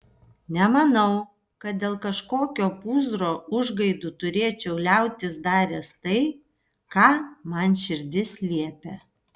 nemanau kad dėl kažkokio pūzro užgaidų turėčiau liautis daręs tai ką man širdis liepia